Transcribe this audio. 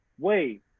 Wait